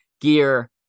gear